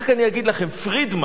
אני רק אגיד לכם, פרידמן,